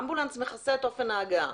האמבולנס מכסה את אופן ההגעה.